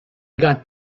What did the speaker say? got